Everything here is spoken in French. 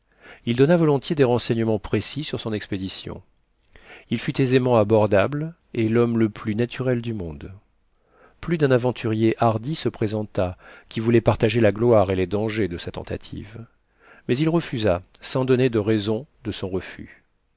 il donna volontiers des renseignements précis sur son expédition il fut aisément abordable et l'homme le plus naturel du monde plus d'un aventurier hardi se présenta qui voulait partager la gloire et les dangers de sa tentative mais il refusa sans donner de raisons de son refus